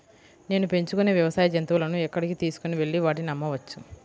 నేను పెంచుకొనే వ్యవసాయ జంతువులను ఎక్కడికి తీసుకొనివెళ్ళి వాటిని అమ్మవచ్చు?